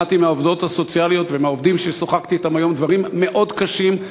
שמעתי מהעובדות הסוציאליות ומהעובדים ששוחחתי אתם היום דברים מאוד קשים,